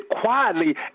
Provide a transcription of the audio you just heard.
quietly